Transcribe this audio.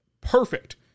perfect